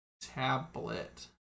tablet